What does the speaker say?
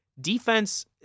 defense